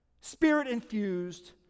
spirit-infused